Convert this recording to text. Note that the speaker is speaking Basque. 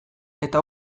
eta